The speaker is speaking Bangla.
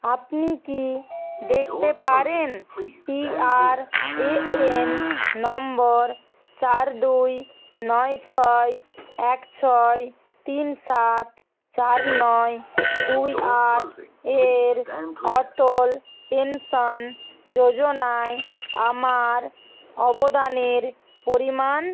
আপনি কি দেখতে পারেন পিআরএএন নম্বর চার দুই নয় ছয় এক ছয় তিন সাত চার নয় দুই আট এর অটল পেনশন যোজনায় আমার অবদানের পরিমাণ